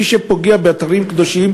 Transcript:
מי שפוגע באתרים קדושים,